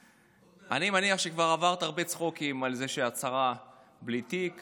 אני מניח שכבר עברת הרבה צחוקים על זה שאת שרה בלי תיק שרה,